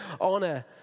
honor